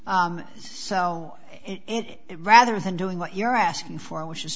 it rather than doing what you're asking for which is